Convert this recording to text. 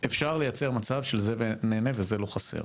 אפשר לייצר מצב שזה נהנה וזה לא חסר.